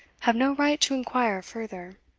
have no right to inquire further.